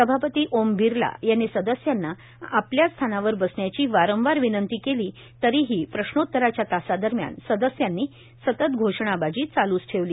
सभापती ओम बिर्ला यांनी सदस्यांना आपल्या स्थानावर बसण्याची वारंवार विनंती केली तरीही प्रश्नोत्तराच्या तासादरम्यान सदस्यांनी सतत घोषणाबाजी चालूच ठेवली